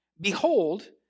Behold